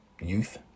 Youth